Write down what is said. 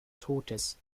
totes